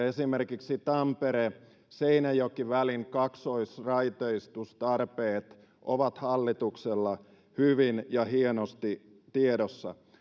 esimerkiksi tampere seinäjoki välin kaksoisraiteistustarpeet ovat hallituksella hyvin ja hienosti tiedossa